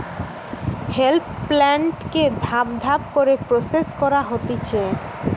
hemp প্লান্টকে ধাপ ধাপ করে প্রসেস করা হতিছে